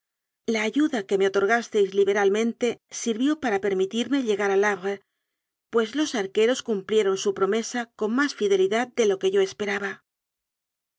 la ayuda que me otor gasteis liberalmente sirvió para permitirme lle gar al havre pues los arqueros cumplieron su promesa con más fidelidad de lo que yo